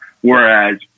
Whereas